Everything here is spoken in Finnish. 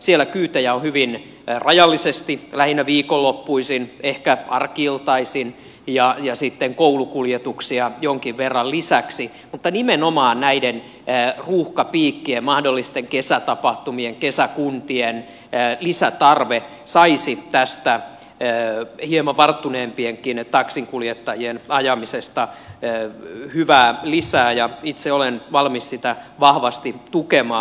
siellä kyytejä on hyvin rajallisesti lähinnä viikonloppuisin ehkä arki iltaisin ja sitten koulukuljetuksia jonkin verran lisäksi mutta nimenomaan näiden ruuhkapiikkien mahdollisten kesätapahtumien kesäkuntien lisätarve saisi tästä hieman varttuneempienkin taksinkuljettajien ajamisesta hyvää lisää ja itse olen valmis sitä vahvasti tukemaan